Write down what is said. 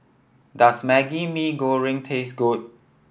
does Maggi Goreng taste good